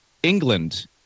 England